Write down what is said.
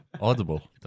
Audible